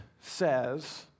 says